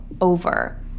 over